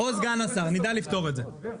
עדי,